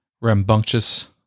rambunctious